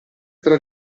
tra